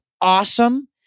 Awesome